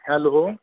hello